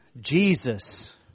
Jesus